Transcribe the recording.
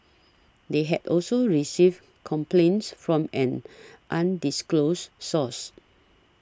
they had also received complaints from an undisclosed source